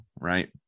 right